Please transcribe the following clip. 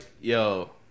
yo